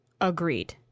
Agreed